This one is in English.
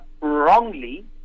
wrongly